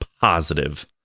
positive